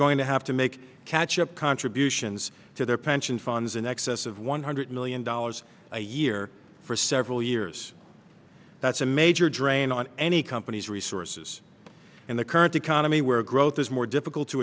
going to have to make catch up contributions to their pension funds in excess of one hundred million dollars a year for several years that's a major drain on any company's resources in the current economy where growth is more difficult to